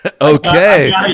Okay